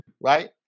right